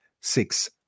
six